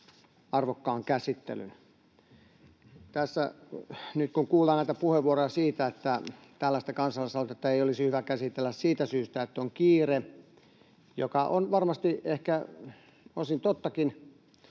arvokkaan käsittelyn. Tässä kun nyt kuullaan näitä puheenvuoroja siitä, että tällaista kansalaisaloitetta ei olisi hyvä käsitellä siitä syystä, että on kiire — mikä on varmasti ehkä osin tottakin